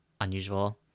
unusual